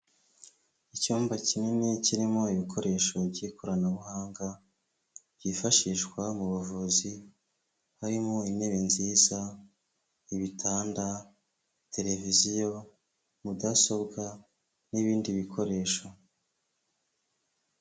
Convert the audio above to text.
Icyumba kinini kirimo ibikoresho by'ikoranabuhanga byifashishwa mu buvuzi harimo intebe nziza, ibitanda, televiziyo, mudasobwa, n'ibindi bikoresho.